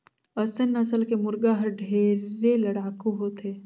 असेल नसल के मुरगा हर ढेरे लड़ाकू होथे